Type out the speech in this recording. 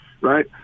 right